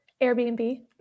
Airbnb